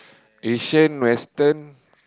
Asian Western